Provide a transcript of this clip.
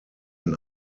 den